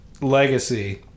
legacy